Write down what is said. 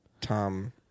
Tom